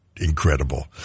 Incredible